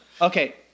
Okay